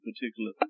particular